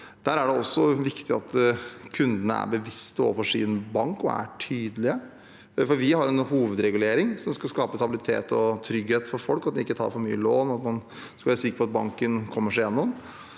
opp, er det også viktig at kundene er bevisste og tydelige overfor sin bank. Vi har en hovedregulering som skal skape stabilitet og trygghet for folk, så de ikke tar opp for mye lån, og slik at man skal være sikker på at bankene kommer seg igjennom.